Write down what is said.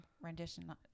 rendition